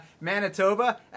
Manitoba